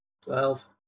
Twelve